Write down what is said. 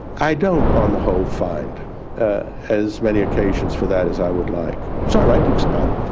i don't on the whole find as many occasions for that as i would like, so i write books about it.